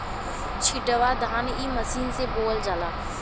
छिटवा धान इ मशीन से बोवल जाला